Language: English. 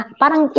parang